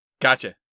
Gotcha